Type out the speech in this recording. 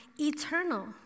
eternal